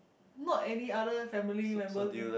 not any other family members ya